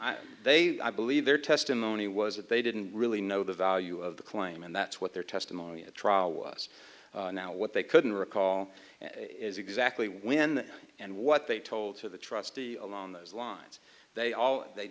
on they i believe their testimony was that they didn't really know the value of the claim and that's what their testimony at trial was now what they couldn't recall is exactly when and what they told to the trustee along those lines they all they